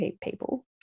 people